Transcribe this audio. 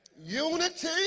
unity